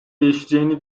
değişeceğini